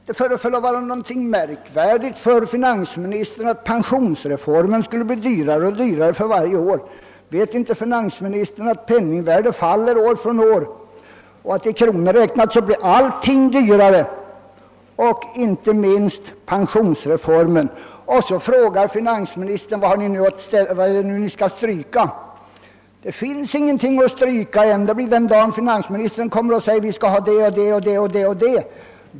Det föreföll som om finansministern tyckte att det är egendomligt att pensionsreformen skulle bli dyrare för varje år. Vet inte finansministern att penningvärdet faller år efter år och att allt blir dyrare i kronor räknat, inte minst pensionsreformen? Så frågar finansministern: Vad är det nu för reformer ni skall stryka? Ja, det finns ingenting att stryka ännu — strykningarna får göras den dag finansministern säger att vi skall ha det och det.